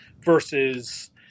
versus